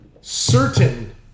certain